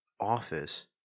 office